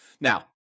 Now